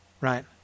Right